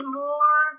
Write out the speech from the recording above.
more